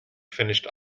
finished